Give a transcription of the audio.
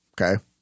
Okay